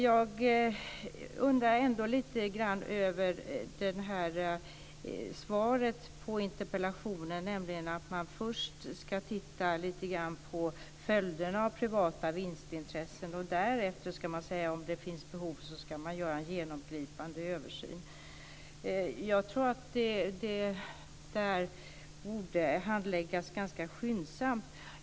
Jag undrar ändå lite grann över svaret på interpellationen, nämligen att man först ska titta närmare på följderna av privata vinstintressen, och därefter ska man om det finns behov göra en genomgripande översyn. Jag tror att detta borde handläggas ganska skyndsamt.